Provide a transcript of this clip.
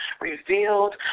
revealed